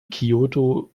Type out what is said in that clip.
kyoto